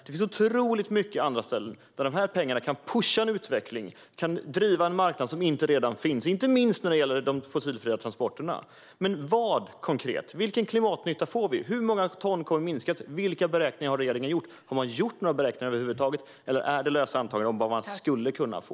Det finns så otroligt många andra ställen där dessa pengar kan pusha en utveckling och driva en marknad som inte redan finns, inte minst när det gäller de fossilfria transporterna. Kan jag få ett konkret svar: Vilken klimatnytta får vi? Med hur många ton kommer utsläppen att minska? Vilka beräkningar har regeringen gjort? Har man gjort några beräkningar över huvud taget, eller är det lösa antaganden om vad man skulle kunna få?